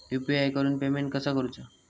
UPI वरून payment कसा करूचा?